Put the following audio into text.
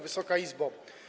Wysoka Izbo!